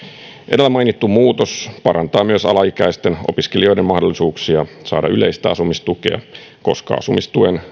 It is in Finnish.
edellä mainittu muutos parantaa myös alaikäisten opiskelijoiden mahdollisuuksia saada yleistä asumistukea koska asumistuen